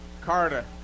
Carter